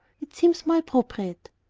it seems more appropriate.